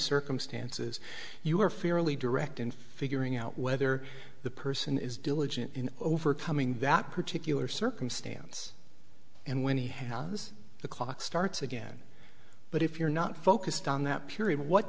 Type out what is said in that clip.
circumstances you were fairly direct in figuring out whether the person is diligent in overcoming that particular circumstance and when he has the clock starts again but if you're not focused on that period